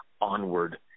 onward